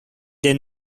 their